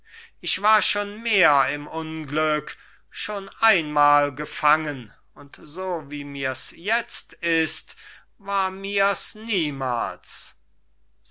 ich war schon mehr im unglück schon einmal gefangen und so wie mir's jetzt ist war mir's niemals